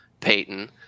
Peyton